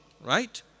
right